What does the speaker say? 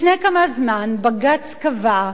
לפני כמה זמן בג"ץ קבע,